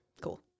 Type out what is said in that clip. cool